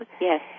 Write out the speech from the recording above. Yes